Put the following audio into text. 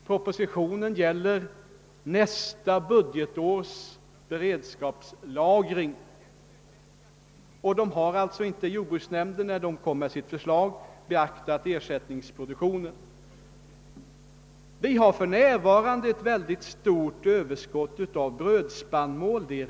Propositionen gäller nästa års beredskapslagring. Jordbruksnämnden har alltså i sitt förslag inte be-- aktat ersättningsproduktionen. Vi har för närvarande ett mycket stort överskott av brödspannmål.